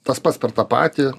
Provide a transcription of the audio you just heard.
tas pats per tą patį